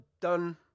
done